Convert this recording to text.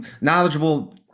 knowledgeable